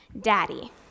daddy